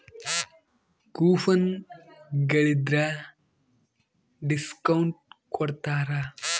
coupon ಗಳಿದ್ರ discount ಕೊಡ್ತಾರ